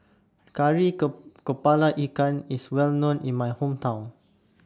Kari Kepala Ikan IS Well known in My Hometown